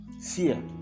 Fear